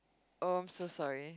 oh so sorry